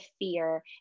fear